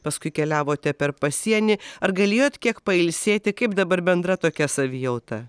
paskui keliavote per pasienį ar galėjot kiek pailsėti kaip dabar bendra tokia savijauta